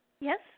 Yes